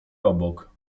obok